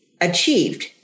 achieved